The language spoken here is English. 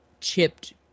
chipped